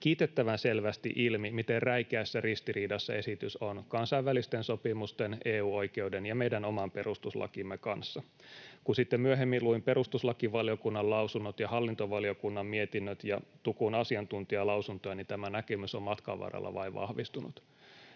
kiitettävän selvästi ilmi, miten räikeässä ristiriidassa esitys on kansainvälisten sopimusten, EU-oikeuden ja meidän oman perustuslakimme kanssa. Kun sitten myöhemmin luin perustuslakivaliokunnan lausunnot ja hallintovaliokunnan mietinnöt ja tukun asiantuntijalausuntoja, niin tämä näkemys on matkan varrella vain vahvistunut.